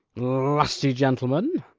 lusty gentlemen!